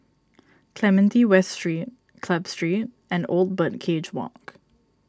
Clementi West Street Club Street and Old Birdcage Walk